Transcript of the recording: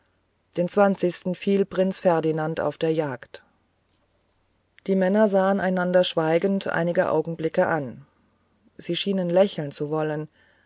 den fiel prinz ferdinand auf der jagd die männer sahen einander schweigend einige augenblicke an sie schienen lächeln zu wollen